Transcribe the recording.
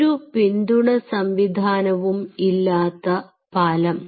ഒരു പിന്തുണ സംവിധാനവും ഇല്ലാത്ത പാലം